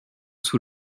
sous